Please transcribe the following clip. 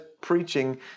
preaching